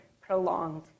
prolonged